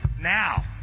Now